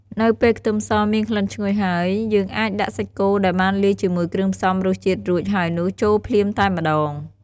នៅពេលខ្ទឹមសមានក្លិនឈ្ងុយហើយ យើងអាចដាក់សាច់គោដែលបានលាយជាមួយគ្រឿងផ្សំរសជាតិរួចហើយនោះចូលភ្លាមតែម្តង។